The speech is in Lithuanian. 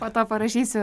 po to parašysiu